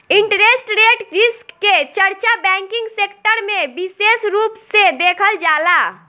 interest rate risk के चर्चा banking sector में बिसेस रूप से देखल जाला